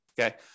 Okay